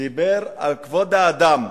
דיבר על כבוד האדם.